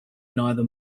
neither